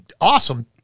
awesome